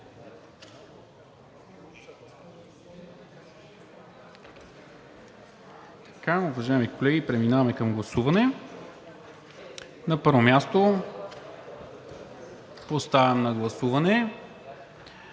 Уважаеми колеги, преминаваме към гласуване. На първо място поставям на гласуване